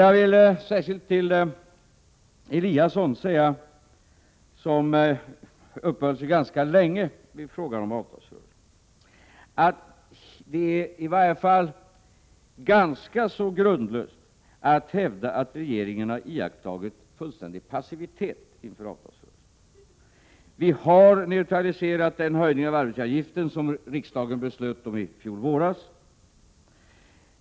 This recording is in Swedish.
Jag vill särskilt till Ingemar Eliasson, som i sitt anförande ganska länge uppehöll sig vid frågan om avtalsrörelsen, säga att det är grundlöst att hävda att regeringen har varit fullständigt passiv inför avtalsrörelsen. Vi har neutraliserat den höjning av arbetsgivaravgiften som riksdagen beslöt i fjol våras.